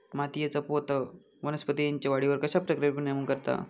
मातीएचा पोत वनस्पतींएच्या वाढीवर कश्या प्रकारे परिणाम करता?